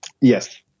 Yes